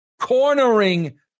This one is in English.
cornering